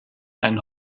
ein